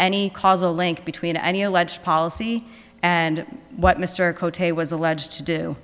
any causal link between any alleged policy and what mr ct was alleged to do